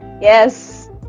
yes